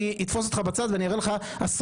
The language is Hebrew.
אני אתפוס אותך בצד ואני אראה לך עשרות